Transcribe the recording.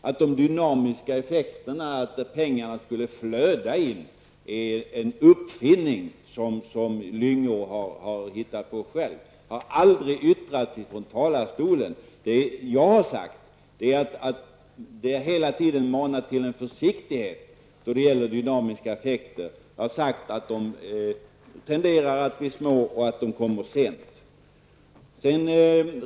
Att det skulle bli en dynamisk effekt och att pengarna skulle flöda in är någonting som Gösta Lyngå har hittat på själv. Något sådant har aldrig yttrats i talarstolen. För min del har jag hela tiden manat till försiktighet då det gäller talet om dynamiska effekter. Jag har sagt att effekterna tenderar att bli små och att de kommer sent.